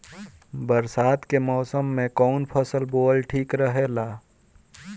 बरसात के मौसम में कउन फसल बोअल ठिक रहेला?